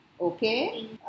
Okay